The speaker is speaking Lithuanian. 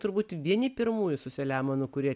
turbūt vieni pirmųjų su saliamonu kurie